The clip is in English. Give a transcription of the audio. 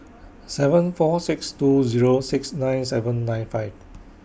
seven four six two Zero six nine seven nine five